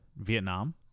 Vietnam